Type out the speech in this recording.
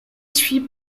suit